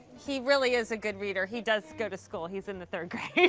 he really is a good reader. he does go to school. he's in the third grae